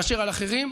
מאשר על אחרים,